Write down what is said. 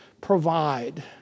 provide